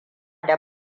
da